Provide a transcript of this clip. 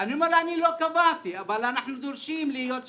אני אומר להם שאני לא קבעתי אבל אנחנו דורשים שיהיה שוויון.